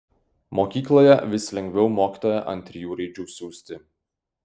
mokykloje vis lengviau mokytoją ant trijų raidžių siųsti